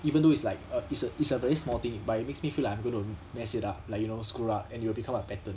even though it's like a it's a it's a very small thing but it makes me feel like I'm going to mess it up like you know screw up and it will become a pattern